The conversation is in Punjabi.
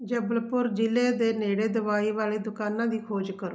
ਜਬਲਪੁਰ ਜ਼ਿਲ੍ਹੇ ਦੇ ਨੇੜੇ ਦਵਾਈ ਵਾਲੀ ਦੁਕਾਨਾਂ ਦੀ ਖੋਜ ਕਰੋ